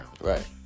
Right